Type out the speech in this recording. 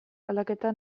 aldaketa